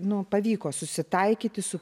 nu pavyko susitaikyti su